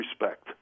respect